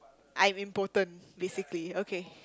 I'm impotent basically okay